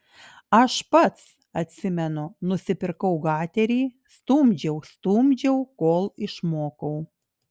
aš pats atsimenu nusipirkau gaterį stumdžiau stumdžiau kol išmokau